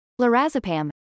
Lorazepam